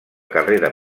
carrera